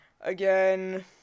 Again